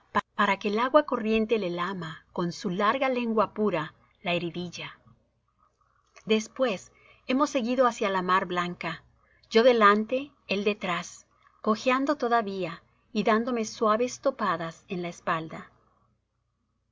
para que el agua corriente le lama con su larga lengua pura la heridilla después hemos seguido hacia la mar blanca yo delante él detrás cojeando todavía y dándome suaves topadas en la espalda